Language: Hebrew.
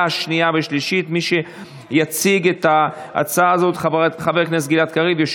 אני קובע כי הצעת חוק זו כפי שהקראתי התקבלה